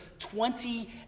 Twenty